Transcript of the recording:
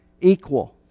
equal